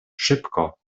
szybko